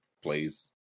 plays